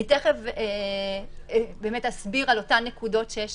אני תיכף אסביר על אותן נקודות שיש